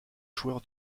joueur